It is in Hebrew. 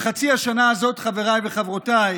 בחצי השנה הזאת, חבריי וחברותיי,